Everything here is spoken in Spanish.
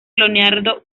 leonardo